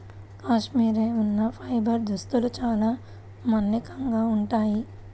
cashmere ఉన్ని fibre దుస్తులు చాలా మన్నికగా ఉంటాయి